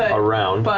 ah around, but